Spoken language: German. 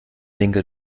winkel